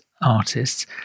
artists